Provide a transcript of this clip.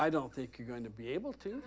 i don't think you're going to be able to